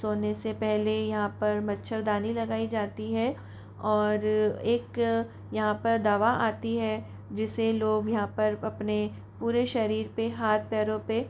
सोने से पहले यहाँ पर मच्छरदानी लगाई जाती है और एक यहाँ पे दवा आती है जिसे लोग यहाँ पर अपने पूरे शरीर पे हाथ पैरों पे